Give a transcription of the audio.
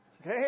Okay